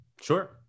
Sure